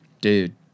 dude